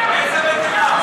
איזה מדינה?